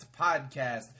Podcast